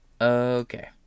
Okay